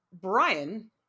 Brian